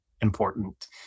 important